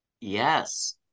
Yes